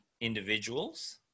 individuals